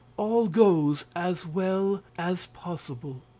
all goes as well as possible.